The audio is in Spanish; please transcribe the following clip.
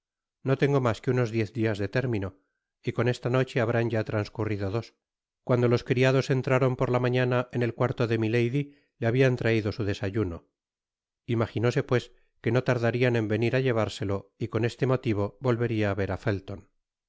no tengo mas que unos diez dias de término y con esta noche habrán ya transcurrido dos cuando los criados entraron por la mañana en el cuarto de milady le habian raido su desayuno imaginóse pues que no tardarian en venir á llevárselo y con este motivo volveria á ver á felton